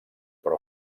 però